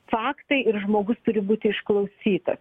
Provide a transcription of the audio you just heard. faktai ir žmogus turi būti išklausytas